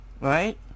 right